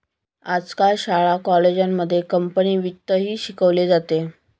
आजकाल शाळा कॉलेजांमध्ये कंपनी वित्तही शिकवले जाते